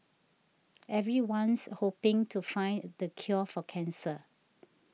everyone's hoping to find the cure for cancer